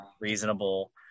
reasonable